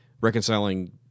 reconciling